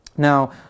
Now